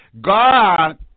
God